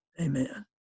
Amen